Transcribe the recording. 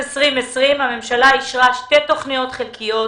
-- הממשלה אישרה שתי תוכניות חלקיות: